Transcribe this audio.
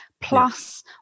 plus